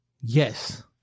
yes